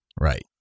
Right